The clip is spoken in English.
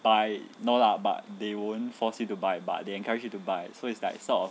buy no lah but they won't force you to buy but they encourage you to buy so it's like sort of